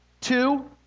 Two